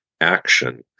action